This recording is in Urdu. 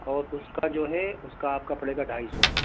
اور اس کا جو ہے اس کا آپ کا پڑے گا ڈھائی سو